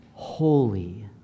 holy